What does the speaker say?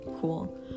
cool